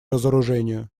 разоружению